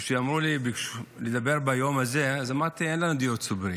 כשאמרו לי לדבר ביום הזה אז אמרתי: אין לנו דיור ציבורי,